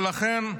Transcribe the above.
לכן,